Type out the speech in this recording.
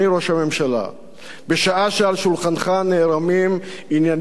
בשעה שעל שולחנך נערמים עניינים שברומו של עולם?